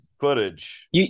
footage